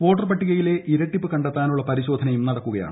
വോട്ടർപട്ടികയിലെ ഇരട്ടിപ്പ് കണ്ടെത്താനുള്ള പരിശോധനയും നടക്കുകയാണ്